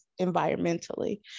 environmentally